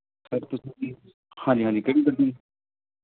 sir ਤੁਸੀਂ ਹਾਂਜੀ ਹਾਂਜੀ ਕਿਹੜੀ ਗੱਡੀ